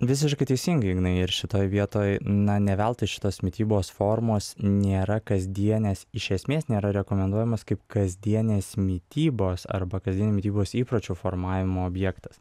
visiškai teisingai ignai ir šitoj vietoj na neveltui šitos mitybos formos nėra kasdienės iš esmės nėra rekomenduojamos kaip kasdienės mitybos arba kasdienių mitybos įpročių formavimo objektas